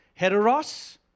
Heteros